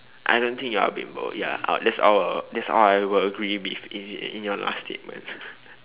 I don't think you're a bimbo ya I that's all that's all I will agree be in in your last statement